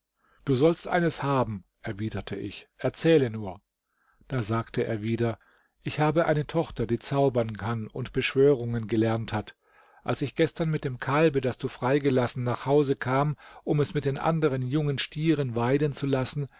du sollst eines haben erwiderte ich erzähle nur da sagte er wieder ich habe eine tochter die zaubern kann und beschwörungen gelernt hat als ich gestern mit dem kalbe das du freigelassen nach hause kam um es mit den anderen jungen stieren weiden zu lassen